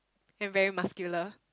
and very muscular